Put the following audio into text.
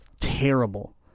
terrible